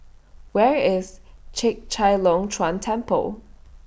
Where IS Chek Chai Long Chuen Temple